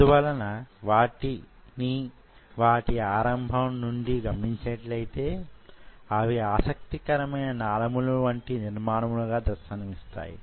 అందువలన వాటిని వాటి ఆరంభం నుండి గమనించినట్లైతే అవి ఆసక్తికరమైన నాళములు వంటి నిర్మాణాలుగా దర్శనమిస్తాయి